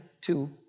two